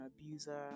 abuser